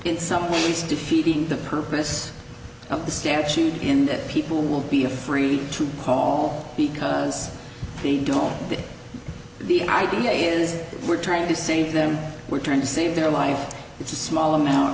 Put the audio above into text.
in some ways defeating the purpose of the statute in that people will be a free to call because they don't the idea is we're trying to save them we're trying to save their life it's a small amount